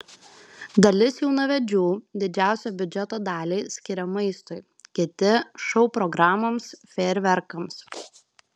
dalis jaunavedžių didžiausią biudžeto dalį skiria maistui kiti šou programoms fejerverkams